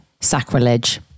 Sacrilege